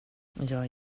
jag